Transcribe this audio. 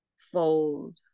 fold